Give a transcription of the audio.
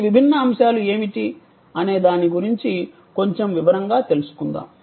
ఈ విభిన్న అంశాలు ఏమిటి అనే దాని గురించి కొంచెం వివరంగా తెలుసుకుందాం